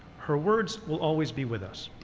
her words will always be with us.